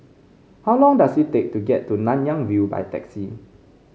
how long does it take to get to Nanyang View by taxi